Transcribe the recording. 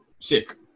Sick